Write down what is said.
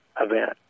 event